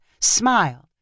smiled